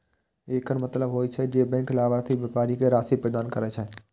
एकर मतलब होइ छै, जे बैंक लाभार्थी व्यापारी कें राशि प्रदान करै छै